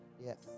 Yes